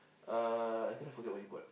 uh I cannot forget what he bought